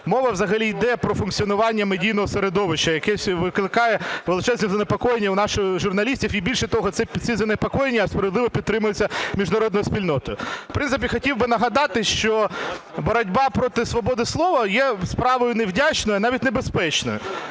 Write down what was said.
Мова взагалі йде про функціонування медійного середовища, яке викликає величезне занепокоєння у наших журналістів і, більше того, це занепокоєння справедливо підтримується міжнародною спільнотою. В принципі, хотів би нагадати, що боротьба проти свободи слова є справою невдячною, навіть небезпечною.